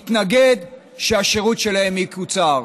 מתנגד שהשירות שלהם יקוצר?